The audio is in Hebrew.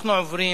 אנחנו עוברים